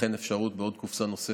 אכן אפשרות לשלם בעוד קופסה נוספת,